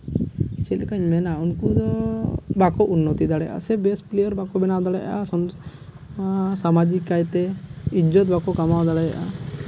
ᱪᱮᱫᱠᱟᱹᱧ ᱢᱮᱱᱟ ᱩᱱᱠᱩ ᱫᱚ ᱵᱟᱠᱚ ᱩᱱᱱᱛᱤ ᱫᱟᱲᱮᱭᱟᱜᱼᱟ ᱥᱮ ᱵᱮᱥ ᱯᱞᱮᱭᱟᱨ ᱵᱟᱠᱚ ᱵᱮᱱᱟᱣ ᱫᱟᱲᱮᱭᱟᱜᱼᱟ ᱥᱟᱢᱟᱡᱤᱠ ᱠᱟᱭᱛᱮ ᱤᱡᱽᱡᱚᱛ ᱵᱟᱠᱚ ᱠᱟᱢᱟᱣ ᱫᱟᱲᱮᱭᱟᱜᱼᱟ